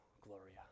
Gloria